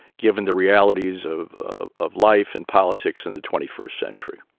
given the realities of ah of life and politics in the twenty first century?